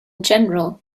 general